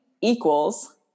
equals